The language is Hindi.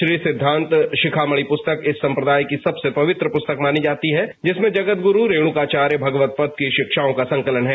श्री सिद्धांत शिखामणि पुस्तक इस संप्रदाय की सबसे पवित्र पुस्तक मानी जाती है जिसमें जगदगुरू रेणुकाचार्य भगवद पद की शिक्षाओं का संकलन है